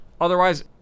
Otherwise